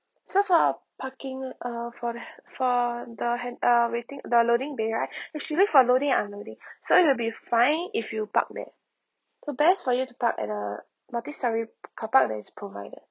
so for a parking road uh for the for the uh waiting the loading period right you should wait for loading unloading so it'll fined if you park there to best for you is to park uh multi storey carpark that is provided